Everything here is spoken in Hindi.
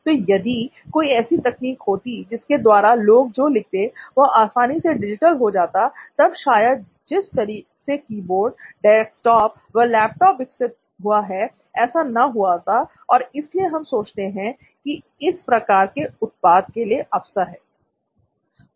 तो यदि कोई ऐसी तकनीक होती जिसके द्वारा लोग जो लिखते वह आसानी से डिजिटल हो जाता तब शायद जिस तरह से कीबोर्ड डेस्कटॉप व लैपटॉप विकसित हुए हैं ऐसा ना हुआ होता और इसीलिए हम सोचते हैं की इस प्रकार के उत्पाद के लिए अवसर है